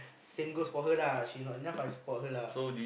same goes for her lah she not enough I support her lah